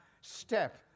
step